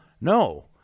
No